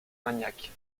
maniaque